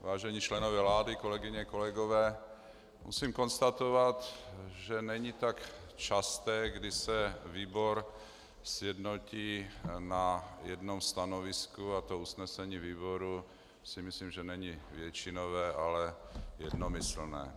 Vážení členové vlády, kolegyně, kolegové, musím konstatovat, že není tak časté, kdy se výbor sjednotí na jednom stanovisku a usnesení výboru, myslím, není většinové, ale jednomyslné.